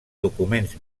documents